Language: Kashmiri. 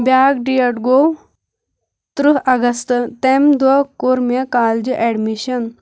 بیٛاکھ ڈیٹ گوٚو تٕرٛہ اَگستہٕ تَمہِ دۄہ کوٚر مےٚ کالجہِ ایٚڈمِشن